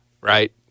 right